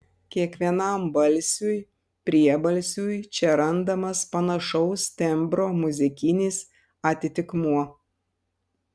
kiekvienam balsiui priebalsiui čia randamas panašaus tembro muzikinis atitikmuo